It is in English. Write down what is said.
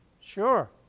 Sure